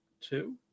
two